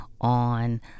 on